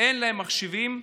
אין מחשבים,